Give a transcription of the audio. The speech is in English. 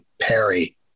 Perry